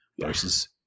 versus